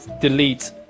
delete